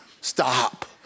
Stop